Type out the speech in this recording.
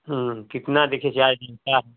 कितना देखिए चार दिन का